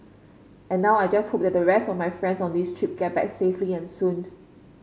and now I just hope that the rest of my friends on this trip get back safely and soon